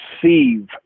perceive